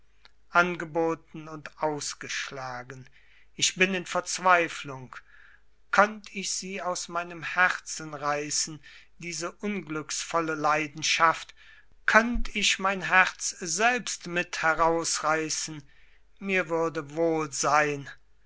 angeboten und ausgeschlagen ich bin in verzweiflung könnt ich sie aus meinem herzen reißen diese unglücksvolle leidenschaft könnt ich mein herz selbst mit herausreißen mir würde wohl sein